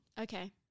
Okay